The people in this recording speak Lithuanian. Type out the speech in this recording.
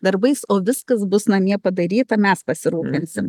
darbais o viskas bus namie padaryta mes pasirūpinsim